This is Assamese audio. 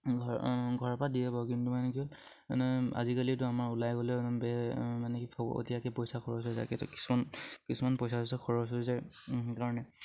ঘৰ ঘৰৰ পৰা দিয়ে বাৰু কিন্তু মানে কি মানে আজিকালিতো আমাৰ ওলাই গ'লে বে মানে কি পইচা খৰচ হৈ যায় কিছুমান কিছুমান পইচা পইচা খৰচ হৈ যায় সেইকাৰণে